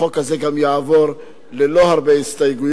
החוק הזה גם יעבור ללא הרבה הסתייגויות.